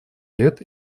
лет